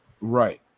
right